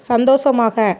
சந்தோஷமாக